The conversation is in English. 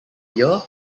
year